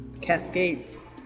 Cascades